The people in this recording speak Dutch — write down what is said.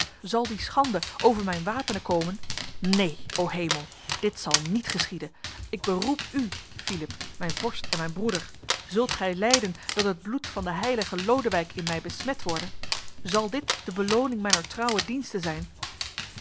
zal die schande over mijn wapenen komen neen o hemel dit zal niet geschieden ik beroep u philippe mijn vorst en mijn broeder zult gij lijden dat het bloed van de heilige lodewijk in mij besmet worde zal dit de beloning mijner trouwe diensten zijn